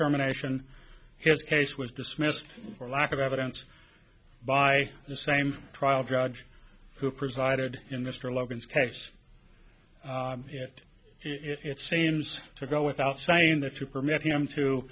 termination his case was dismissed for lack of evidence by the same trial judge who presided in mr logan's case yet it seems to go without saying that to permit him to